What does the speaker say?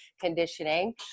conditioning